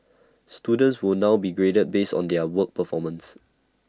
students will now be graded based on their own performance